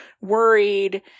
worried